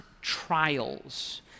trials